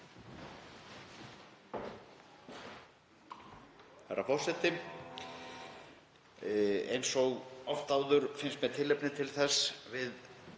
Herra forseti. Eins og oft áður finnst mér tilefni til þess við